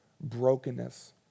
brokenness